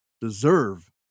deserve